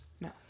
No